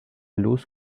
luz